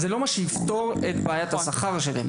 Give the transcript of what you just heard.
זה לא מה שיפתור את בעיית השכר שלהם.